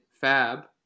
Fab